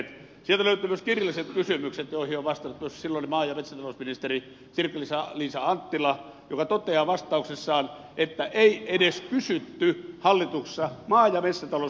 sieltä löytyvät myös kirjalliset kysymykset joihin on vastannut myös silloinen maa ja metsätalousministeri sirkka liisa anttila joka toteaa vastauksessaan että ei edes kysytty hallituksessa maa ja metsätalousministeriltä